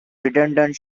redundant